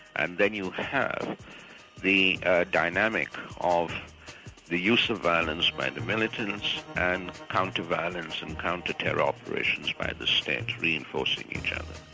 and then you have the dynamic of the use of violence by the militants and counter-violence and counter-terror operations by the state, reinforcing each other.